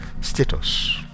status